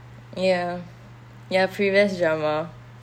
ya ya previous drama